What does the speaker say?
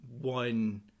one